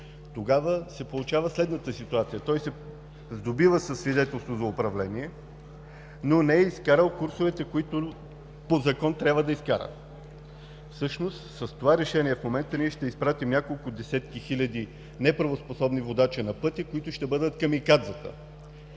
Тогава се получава следната ситуация: той се сдобива със свидетелство за управление, но не е изкарал курсовете, които по закон трябва да изкара. Всъщност с това решение в момента ние ще изпратим няколко десетки хиляди неправоспособни водачи на пътя, които ще бъдат камикадзета.